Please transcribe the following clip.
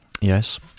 Yes